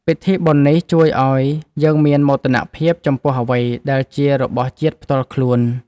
ពិធីបុណ្យនេះជួយឱ្យយើងមានមោទនភាពចំពោះអ្វីដែលជារបស់ជាតិផ្ទាល់ខ្លួន។